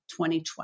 2012